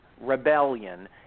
rebellion